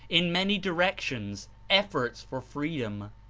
in many directions, efforts for freedom.